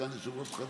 סגן יושב-ראש חדש?